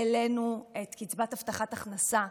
העלינו את קצבת הבטחת הכנסה,